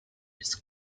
his